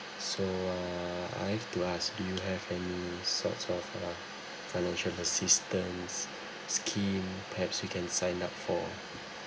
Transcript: so uh I have to ask do you have any sorts of like financial assistance scheme perhaps we can sign up for